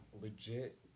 legit